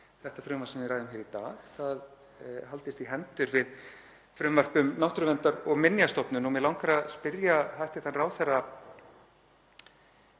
þetta frumvarp sem við ræðum hér í dag haldist í hendur við frumvarp um Náttúruverndar- og minjastofnun og mig langar að spyrja hæstv. ráðherra,